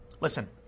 Listen